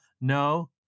no